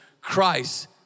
Christ